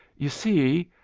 you see,